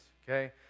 okay